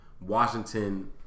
Washington